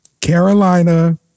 Carolina